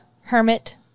hermit